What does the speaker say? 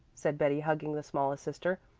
said betty, hugging the smallest sister,